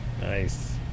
Nice